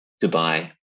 Dubai